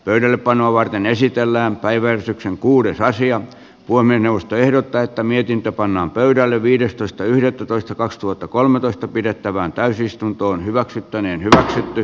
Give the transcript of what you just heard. pöydällepanoa varten esitellään päiväystyksen kuuden rasia voimme nousta ehdottaa että mietintö pannaan pöydälle viidestoista yhdettätoista kaksituhattakolmetoista pidettävään täysistunto hyväksyttäneen hyväksytty